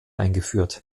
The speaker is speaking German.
eingeführt